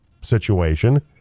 situation